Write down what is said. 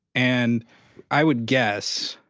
and i would guess,